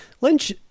Lynch